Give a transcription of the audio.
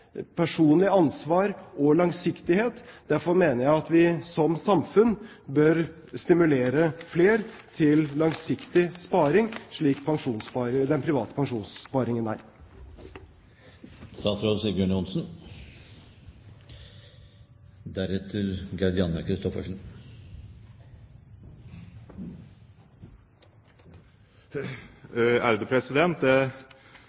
personlig ansvar og langsiktighet. Derfor mener jeg at vi som samfunn bør stimulere flere til langsiktig sparing, slik den private pensjonssparingen er. Jeg tror det